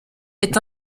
est